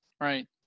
right